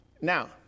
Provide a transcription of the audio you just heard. Now